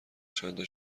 چندتا